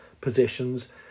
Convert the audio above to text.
positions